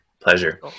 Pleasure